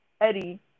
Eddie